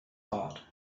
heart